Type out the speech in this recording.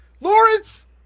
Lawrence –